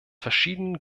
verschiedenen